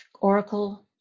Oracle